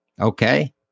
Okay